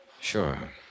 Sure